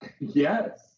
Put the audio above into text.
Yes